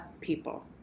people